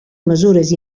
mesures